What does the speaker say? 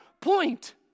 point